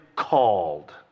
called